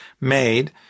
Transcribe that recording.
made